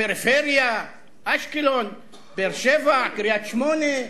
פריפריה, אשקלון, באר-שבע, קריית-שמונה,